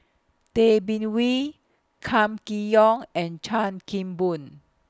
Tay Bin Wee Kam Kee Yong and Chan Kim Boon